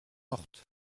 mortes